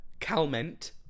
Calment